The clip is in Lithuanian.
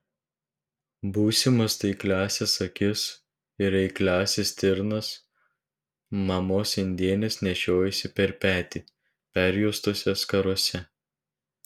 būsimas taikliąsias akis ir eikliąsias stirnas mamos indėnės nešiojosi per petį perjuostose skarose